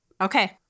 Okay